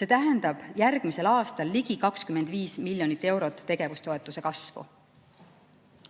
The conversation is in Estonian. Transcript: see tähendab järgmisel aastal ligi 25 miljonit eurot tegevustoetuse kasvu.